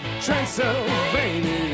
Transylvania